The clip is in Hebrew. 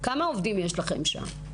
כמה עובדים יש לכם שם?